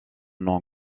non